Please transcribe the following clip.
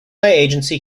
agency